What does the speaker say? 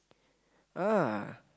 ah